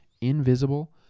invisible